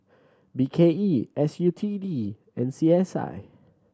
B K E S U T D and C S I